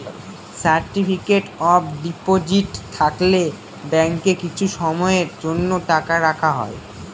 certificate of deposit থাকলে ব্যাঙ্কে কিছু সময়ের জন্য টাকা রাখা হয়